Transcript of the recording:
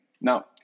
Now